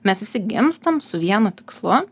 mes visi gimstam su vienu tikslu